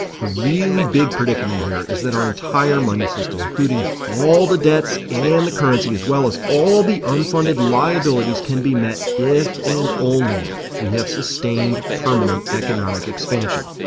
the really big predicament here is that our entire money system, including both all the debts and the currency, as well as all the unfunded liabilities can be met if and only if we have sustained, permanent economic expansion.